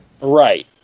Right